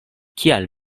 kial